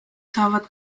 saavad